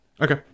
Okay